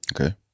Okay